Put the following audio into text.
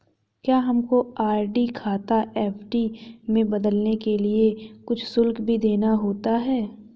क्या हमको आर.डी खाता एफ.डी में बदलने के लिए कुछ शुल्क भी देना होता है?